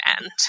end